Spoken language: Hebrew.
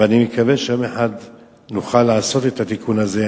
ואני מקווה שיום אחד נוכל לעשות את התיקון הזה.